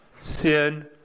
sin